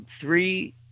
three